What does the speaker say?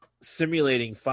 simulating